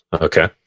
Okay